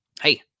hey